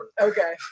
Okay